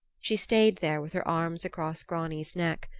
she stayed there with her arms across grani's neck,